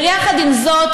יחד עם זאת,